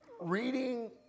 Reading